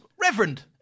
Reverend